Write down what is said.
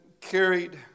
carried